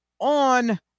on